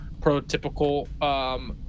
prototypical